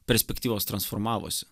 perspektyvos transformavosi